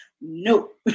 Nope